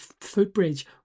footbridge